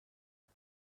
داد